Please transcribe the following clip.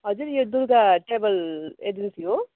हजुर यो Durga travel agency हो